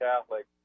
Catholic